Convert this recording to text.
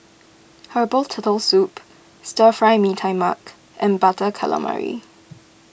Herbal Turtle Soup Stir Fry Mee Tai Mak and Butter Calamari